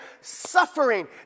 suffering